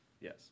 Yes